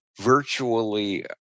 Virtually